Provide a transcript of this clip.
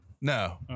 No